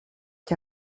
qui